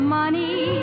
money